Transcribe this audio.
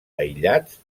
aïllats